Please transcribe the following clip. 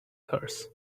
curse